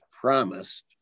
promised